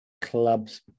clubs